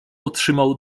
otrzymał